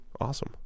awesome